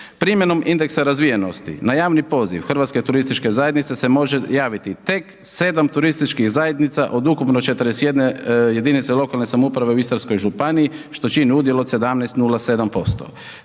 Primjenom indeksa razvijenosti na javni poziv HTZ-a se može javiti tek 7 turističkih zajednica od ukupno 41 jedinice lokalne samouprave u Istarskoj županiji što čini udjel od 17,07%.